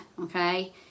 okay